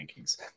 rankings